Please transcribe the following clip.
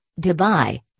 Dubai